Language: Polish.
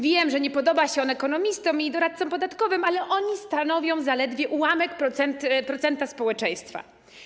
Wiem, że nie podoba się on ekonomistom i doradcom podatkowym, ale oni stanowią zaledwie ułamek procenta społeczeństwa.